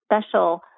special